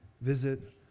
visit